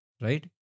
right